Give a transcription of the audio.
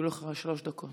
שלוש דקות,